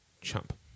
chump